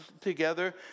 together